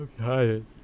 Okay